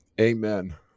Amen